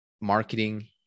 Marketing